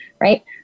right